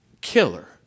Killer